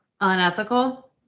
unethical